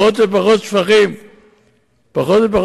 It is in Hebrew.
תפקידה, לבנות